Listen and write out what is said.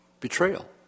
betrayal